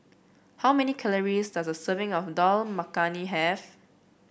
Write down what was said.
how many calories does a serving of Dal Makhani have